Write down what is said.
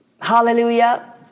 hallelujah